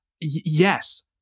yes